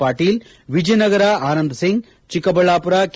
Patil Vijayanagara Anand Singh Chikkaballapur K